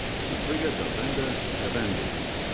supriya devendra dwivedi.